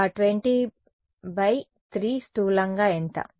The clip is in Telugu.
ఆ 20 బై 3 స్థూలంగా ఎంత